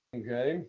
okay